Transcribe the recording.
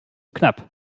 knapp